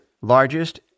largest